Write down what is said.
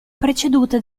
preceduta